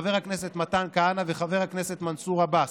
חבר הכנסת מתן כהנא וחבר הכנסת מנסור עבאס.